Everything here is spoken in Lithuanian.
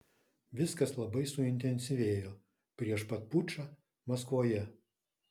viskas labai suintensyvėjo prieš pat pučą maskvoje